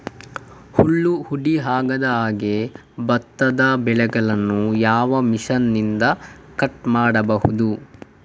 ಹುಲ್ಲು ಹುಡಿ ಆಗದಹಾಗೆ ಭತ್ತದ ಬೆಳೆಯನ್ನು ಯಾವ ಮಿಷನ್ನಿಂದ ಕಟ್ ಮಾಡಬಹುದು?